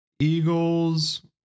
Eagles